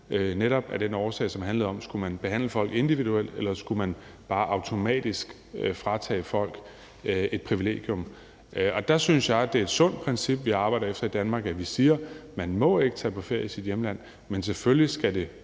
netop af en årsag, som handlede om, om man skulle behandle folk individuelt eller bare automatisk skulle fratage folk et privilegium. Der synes jeg, at det er et sundt princip, vi arbejder efter i Danmark, hvor vi siger: Man må ikke tage på ferie i sit hjemland, men selvfølgelig skal det